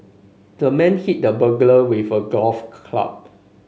the man hit the burglar with a golf club